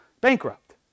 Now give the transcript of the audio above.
bankrupt